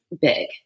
big